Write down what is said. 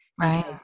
right